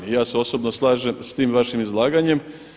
I ja se osobno slažem s tim vašim izlaganjem.